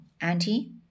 Auntie